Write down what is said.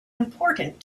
important